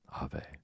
Ave